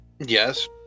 Yes